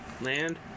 Land